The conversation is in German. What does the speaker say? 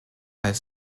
als